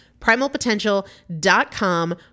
Primalpotential.com